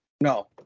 no